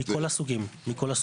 מכל הסוגים.